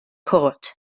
court